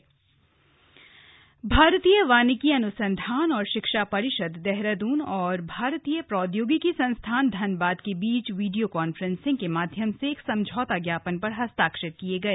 MOU भारतीय वानिकी अनुसंधान एवं शिक्षा परिषद देहरादून और भारतीय प्रौद्योगिकी संस्थान धनबाद के बीच वीडियो कांफ्रेंसिंग के माध्यम से एक समझौता ज्ञापन पर हस्ताक्षर किये गए